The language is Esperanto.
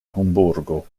hamburgo